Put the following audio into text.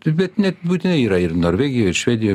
bet nebūtinai yra ir norvegijoj ir švedijoj